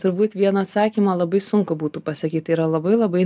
turbūt vieną atsakymą labai sunku būtų pasakyt tai yra labai labai